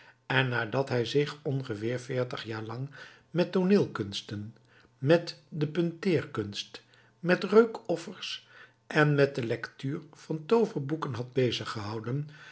en nadat hij zich ongeveer jaar lang met tooneelkunsten met de punteerkunst met reukoffers en met de lectuur van tooverboeken had bezig gehouden